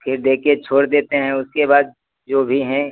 फिर दे कर छोड़ देते हैं उसके बाद जो भी हैं